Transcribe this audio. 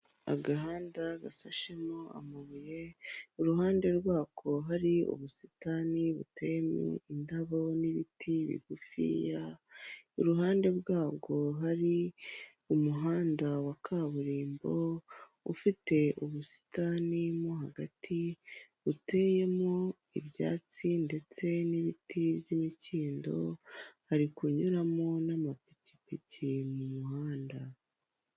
Agahanda gasashemo amabuye, iruhande rwako hari ubusitani buteyeme indabo n'ibiti bigufi. Iruhande rwabwo hari umuhanda wa kaburimbo ufite ubusitani, mo hagati uteyemo ibyatsi. Ndetse n'ibiti by'imikindo hari kunyuramo n'amapikipiki mu muhanda.